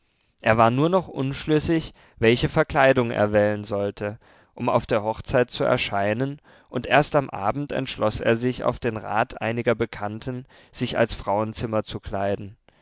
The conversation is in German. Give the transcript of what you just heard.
er war nur noch unschlüssig welche verkleidung er wählen sollte um auf der hochzeit zu erscheinen und erst am abend entschloß er sich auf den rat einiger bekannten sich als frauenzimmer zu kleiden